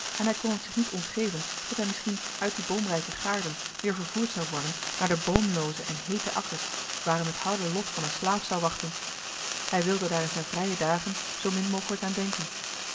en hij kon het zich niet ontgeven dat hij misschien uit die boomrijke gaarden weer vervoerd zou worden naar de boomlooze en heete akkers waar hem het harde lot van een slaaf zou wachten hij wilde daar in zijn vrije dagen zoo min mogelijk aan denken